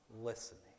listening